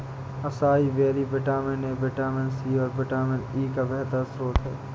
acai berry vitamin A, vitamin C, और vitamin E का बेहतरीन स्त्रोत है